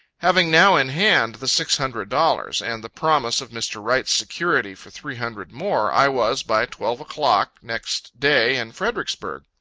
having now in hand the six hundred dollars, and the promise of mr. wright's security for three hundred more, i was, by twelve o'clock, next day in fredericksburg.